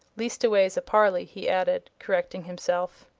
leastways a parly, he added, correcting himself.